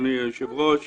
אדוני היושב-ראש --- לא,